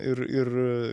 ir ir